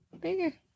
Bigger